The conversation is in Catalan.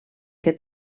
què